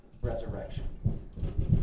resurrection